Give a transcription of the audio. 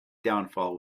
downfall